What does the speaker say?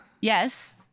Yes